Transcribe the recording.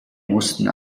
mussten